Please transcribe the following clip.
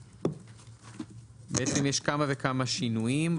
יש כמה וכמה שינויים.